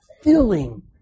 filling